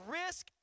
risk